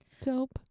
Dope